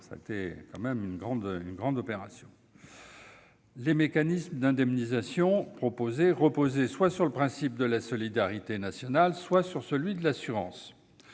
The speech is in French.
Beyrouth avait été une grande opération. Les mécanismes d'indemnisation proposés reposaient soit sur le principe de la solidarité nationale, soit sur celui de l'assurance.